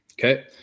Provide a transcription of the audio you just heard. Okay